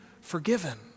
forgiven